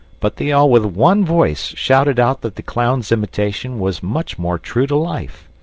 but they all with one voice shouted out that the clown's imitation was much more true to life.